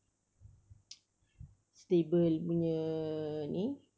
stable punya ni